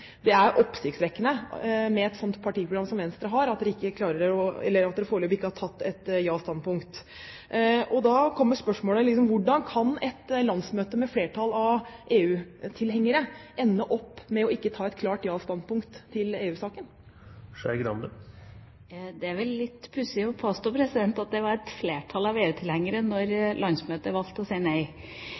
det er oppsiktsvekkende, med et sånt partiprogram som Venstre har, at de foreløpig ikke har tatt et ja-standpunkt. Da er spørsmålet: Hvordan kan et landsmøte med et flertall av EU-tilhengere ende opp med ikke å ta et klart ja-standpunkt i EU-saken? Det er litt pussig å påstå at det var et flertall av EU-tilhengere når landsmøtet valgte å si nei.